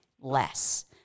less